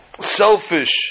selfish